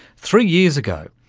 three years ago,